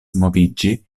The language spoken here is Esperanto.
moviĝi